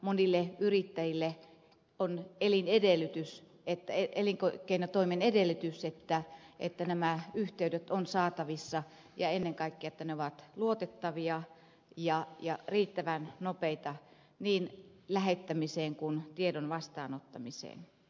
monille yrittäjille on eli edellytys että eli korkeina elinkeinotoimen edellytys että nämä yhteydet ovat saatavissa ja ennen kaikkea että ne ovat luotettavia ja riittävän nopeita niin lähettämiseen kuin tiedon vastaanottamiseen